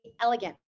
elegant